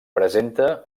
presenta